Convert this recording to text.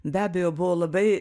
be abejo buvo labai